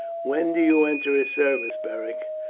when do you enter his service, beric?